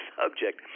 subject